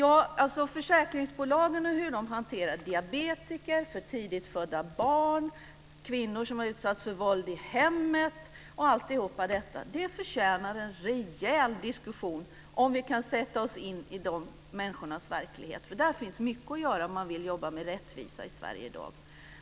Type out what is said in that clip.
Hur försäkringsbolagen hanterar diabetiker, för tidigt födda barn, kvinnor som har utsatts för våld i hemmet, osv. förtjänar en rejäl diskussion, och vi behöver sätta oss in i dessa människors verklighet, eftersom det där finns mycket att göra om man vill jobba med rättvisa i Sverige.